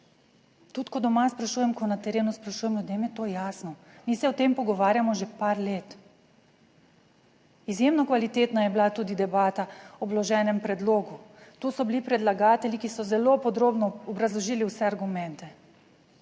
tudi ko doma sprašujem, ko na terenu sprašujem, ljudem je to jasno. Mi se o tem pogovarjamo že par let. Izjemno kvalitetna je bila tudi debata o vloženem predlogu. To so bili predlagatelji, ki so zelo podrobno obrazložili vse argumente.